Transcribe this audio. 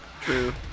True